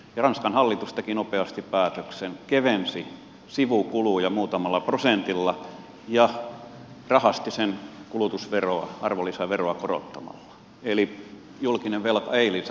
ranskan hallitus teki nopeasti päätöksen kevensi sivukuluja muutamalla prosentilla ja rahasti sen kulutusveroa arvonlisäveroa korottamalla eli julkinen velka ei lisääntynyt